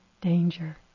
danger